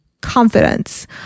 confidence